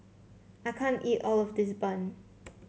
I can't eat all of this bun